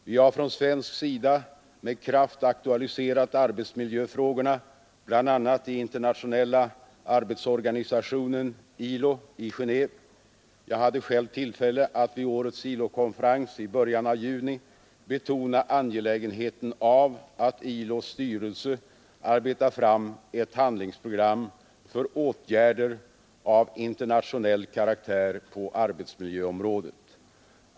Vi har från svensk sida med kraft aktualiserat arbetsmiljöfrågorna bl.a. i Internationella arbetsorganisationen, ILO, i Genéve. Jag hade själv tillfälle att vid årets ILO-konferens i början av juni betona angelägenheten av att ILO:s styrelse arbetar fram ett handlingsprogram för åtgärder av internationell karaktär på arbetsmiljöområdet.